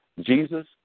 Jesus